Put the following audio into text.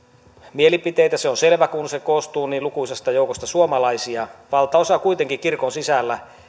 mielipiteitä se on selvä kun se koostuu niin lukuisasta joukosta suomalaista valtaosa kuitenkin kirkon sisällä